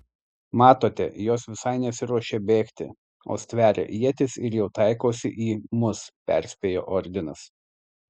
matote jos visai nesiruošia bėgti o stveria ietis ir jau taikosi į mus perspėjo ordinas